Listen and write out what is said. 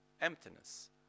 emptiness